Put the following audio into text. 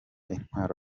intwaro